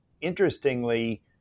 Interestingly